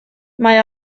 mae